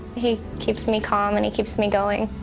he keeps me calm and he keeps me going.